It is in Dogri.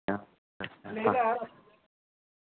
ऐं